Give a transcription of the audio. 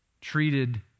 treated